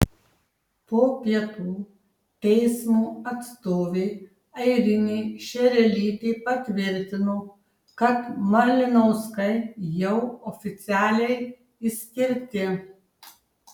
po pietų teismo atstovė airinė šerelytė patvirtino kad malinauskai jau oficialiai išskirti